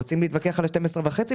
רוצים להתווכח על ה-12.5?